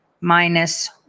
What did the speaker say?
minus